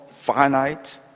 finite